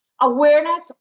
Awareness